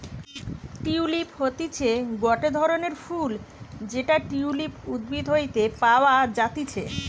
tulip হতিছে গটে ধরণের ফুল যেটা টিউলিপ উদ্ভিদ হইতে পাওয়া যাতিছে